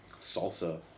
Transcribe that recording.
Salsa